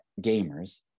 gamers